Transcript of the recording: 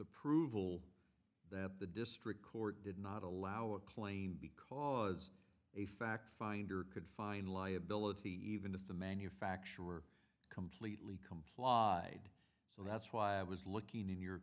approval that the district court did not allow a claim because a fact finder could find liability even if the manufacturer completely complied so that's why i was looking in your